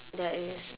there is